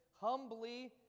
humbly